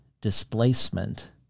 displacement